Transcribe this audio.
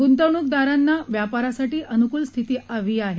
गुंतवणूकदारांना व्यापारासाठी अनुकूल स्थिती हवी आहे